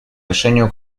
решению